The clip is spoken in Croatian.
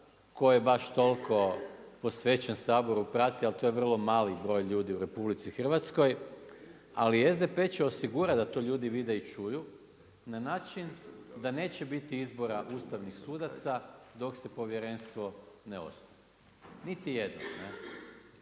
koje baš toliko posvećen Saboru prati, ali to je vrlo mali broj ljudi u RH, ali SDP će osigurati da to ljudi vide i čuju na način da neće biti izbora ustavnih sudaca dok se povjerenstvo ne osnuje, niti jednog.